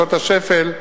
בשעות השפל,